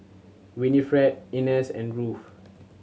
Winifred Inez and Ruthe